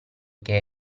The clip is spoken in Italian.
che